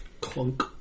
Clunk